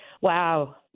Wow